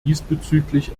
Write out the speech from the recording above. diesbezüglich